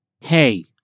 hey